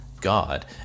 God